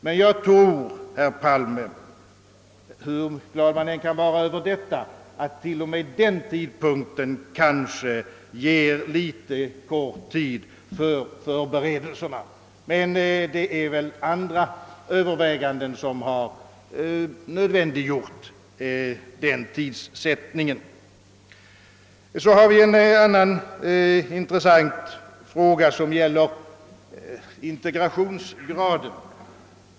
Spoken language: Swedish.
Men hur glad man än måste vara över detta, tror jag, herr Palme, att tiden för förberedelserna kommer att bli kort. Jag antar emellertid, att det är andra överväganden som har nödvändiggjort denna tidssättning. En annan intressant fråga gäller integrationsgraden.